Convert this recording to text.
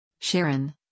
Sharon